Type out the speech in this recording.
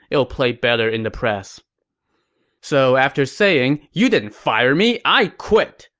it'll play better in the press so after saying, you didn't fire me i quit,